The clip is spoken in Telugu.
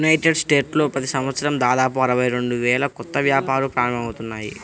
యునైటెడ్ స్టేట్స్లో ప్రతి సంవత్సరం దాదాపు అరవై రెండు వేల కొత్త వ్యాపారాలు ప్రారంభమవుతాయి